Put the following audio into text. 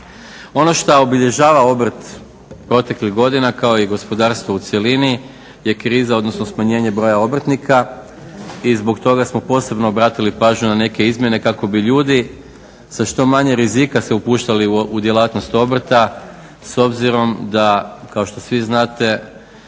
Ono šta obilježava obrt proteklih godina kao i gospodarstvo u cjelini je kriza, odnosno smanjenje broja obrtnika. I zbog toga smo posebno obratili pažnju na neke izmjene kako bi ljudi sa što manje rizika se upuštali u djelatnost obrta. S obzirom da kao što svi znate